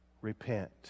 Repent